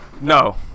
No